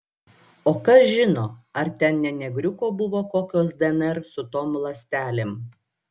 o kas žino ar ten ne negriuko buvo kokios dnr su tom ląstelėm